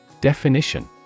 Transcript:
Definition